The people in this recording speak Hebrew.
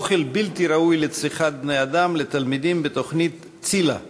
אוכל בלתי ראוי לצריכת בני-אדם לתלמידים בתוכנית ציל"ה